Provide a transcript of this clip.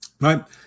Right